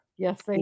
Yes